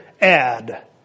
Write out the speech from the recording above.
add